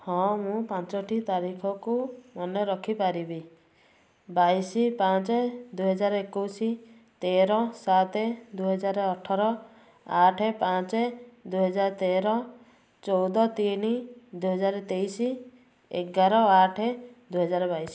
ହଁ ମୁଁ ପାଞ୍ଚଟି ତାରିଖକୁ ମନେ ରଖିପାରିବି ବାଇଶି ପାଞ୍ଚ ଦୁଇ ହଜାର ଏକୋଇଶି ତେର ସାତ ଦୁଇ ହଜାର ଅଠର ଆଠେ ପାଞ୍ଚ ଦୁଇ ହଜାର ତେର ଚଉଦ ତିନି ଦୁଇ ହଜାର ତେଇଶି ଏଗାର ଆଠେ ଦୁଇ ହଜାର ବାଇଶି